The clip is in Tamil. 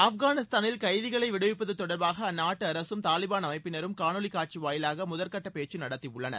ஆப்கானிஸ்தானில் கைதிகளை விடுவிப்பதுதொடர்பாக அந்நாட்டு அரசும் தாலிபான் அமைப்பினரும் கானொளி காட்சி வாயிலாக முதல் கட்ட பேச்சு நடத்தியுள்ளனர்